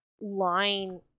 line